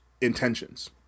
intentions